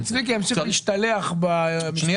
אם צביקה ימשיך להשתלח פה אנחנו נגיע